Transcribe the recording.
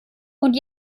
und